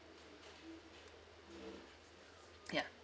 ya